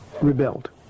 rebelled